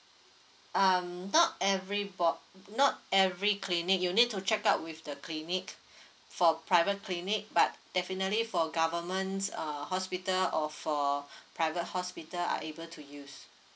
um not every board not every cleaning you need to check out with the clinic for private clinic but definitely for government's uh hospital or for private hospital are able to use